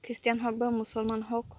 Christian হওক বা মুছলমান হওক